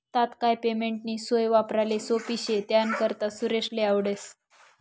तात्काय पेमेंटनी सोय वापराले सोप्पी शे त्यानाकरता सुरेशले आवडस